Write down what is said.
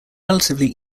relatively